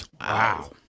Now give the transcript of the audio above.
Wow